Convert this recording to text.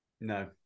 No